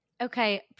Okay